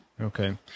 Okay